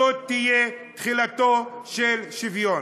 זו תהיה תחילתו של שוויון.